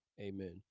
amen